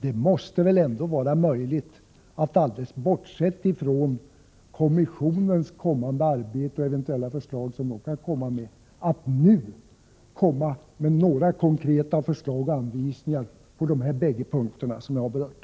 Det måste väl ändå vara möjligt, alldeles bortsett från kommissionens kommande arbete och de eventuella förslag som den kan lägga fram, att nu komma med några konkreta förslag och anvisningar på de här två punkterna som jag har berört.